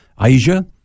Asia